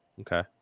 Okay